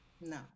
No